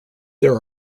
there